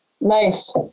nice